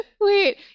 wait